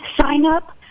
sign-up